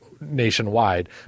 nationwide